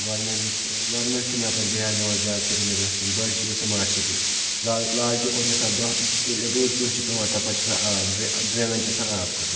government government چھُنہٕ یپٲرۍ دھیان دِوان زیادٕ سرینَگرَس کِہیٖنۍ بٔلۍ چھِ یہِ سٕماٹ سِٹی لا لال چوکو چھِ آسان دۄہ ییٚلہِ روٗد پیٚون چھُ پیوان تَپٲرۍ چھُ آسان آب ڈرٛینَن چھُ آسان آب کھوٚتمُت